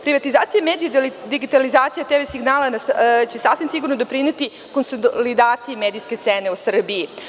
Privatizacija medija i digitalizacija TV signala će sasvim sigurno doprineti konsolidaciji medijske scene u Srbiji.